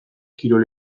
kirol